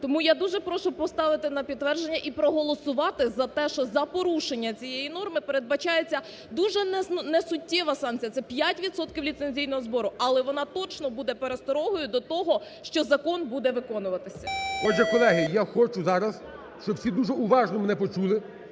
Тому я дуже прошу поставити на підтвердження і проголосувати за те, що за порушення цієї норми передбачається дуже несуттєва санкція – це 5 відсотків ліцензійного збору, але вона точно буде пересторогою до того, що закон буде виконуватися. ГОЛОВУЮЧИЙ. Отже, колеги, я хочу зараз, щоб всі дуже уважно мене почули.